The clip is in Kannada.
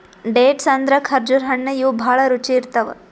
ಡೇಟ್ಸ್ ಅಂದ್ರ ಖರ್ಜುರ್ ಹಣ್ಣ್ ಇವ್ ಭಾಳ್ ರುಚಿ ಇರ್ತವ್